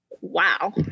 wow